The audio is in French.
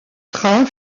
train